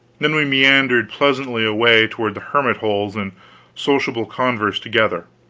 then we meandered pleasantly away toward the hermit holes in sociable converse together,